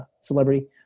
celebrity